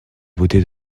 beauté